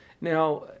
Now